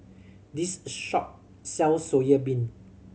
this shop sell soya bean